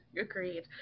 agreed